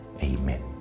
Amen